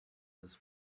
his